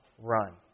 run